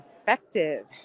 effective